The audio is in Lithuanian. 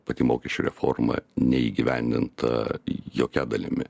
pati mokesčių reforma neįgyvendinta jokia dalimi